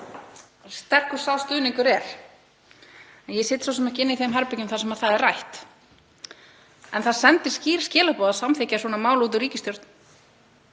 sterkur sá stuðningur er. En ég sit svo sem ekki inni í þeim herbergjum þar sem það er rætt. En það sendir skýr skilaboð að samþykkja svona mál út úr ríkisstjórn